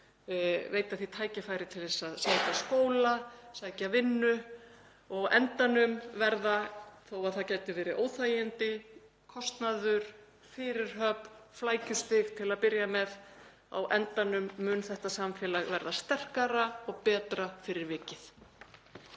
veita því tækifæri til að sækja skóla, stunda vinnu. Á endanum, þó að það geti verið óþægindi, kostnaður, fyrirhöfn, flækjustig til að byrja með, mun þetta samfélag verða sterkara og betra fyrir vikið.